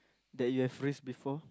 that you have raised before